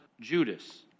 Judas